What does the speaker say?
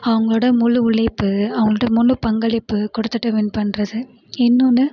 அவங்களோட முழு உழைப்பு அவங்கள்ட்ட முழு பங்களிப்பு கொடுத்துட்டு வின் பண்ணுறது இன்னொன்று